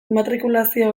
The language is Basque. immatrikulazio